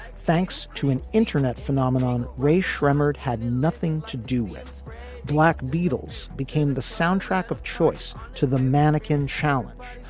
thanks to an internet phenomenon, raiche tremors had nothing to do with black beatles became the soundtrack of choice to the mannequin challenge,